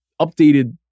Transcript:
updated